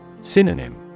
Synonym